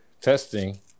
Testing